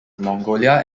mongolia